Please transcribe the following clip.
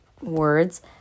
words